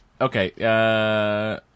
Okay